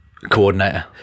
Coordinator